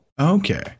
Okay